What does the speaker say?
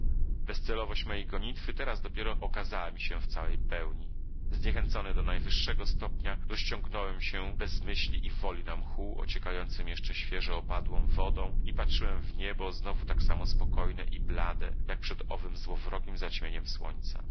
począć bezcelowość mojej gonitwy teraz dopiero okazała mi się w całej pełni zniechęcony do najwyższego stopnia rozciągnąłem się bez myśli i woli na mchu ociekającym jeszcze świeżo opadłą wodą i patrzyłem w niebo znowu tak samo spokojne i blade jak przed owym złowrogiem zaćmieniem słońca